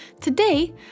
Today